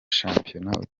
shampiyona